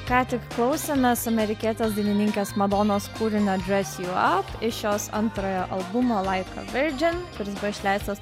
ką tik klausėmės amerikietės dainininkės madonos kūrinio just you are iš jos antrojo albumo like a virgin kuris buvo išleistas